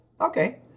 Okay